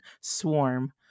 Swarm